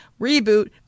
reboot